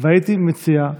הייתי מציע,